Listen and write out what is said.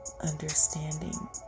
understanding